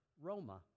Roma